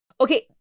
Okay